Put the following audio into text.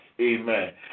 Amen